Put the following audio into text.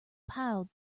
pile